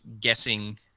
guessing